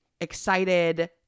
excited